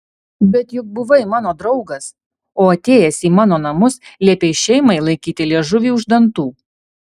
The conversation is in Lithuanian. bet juk buvai mano draugas o atėjęs į mano namus liepei šeimai laikyti liežuvį už dantų